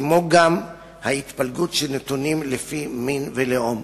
כמו גם ההתפלגות של נתונים לפי מין ולאום.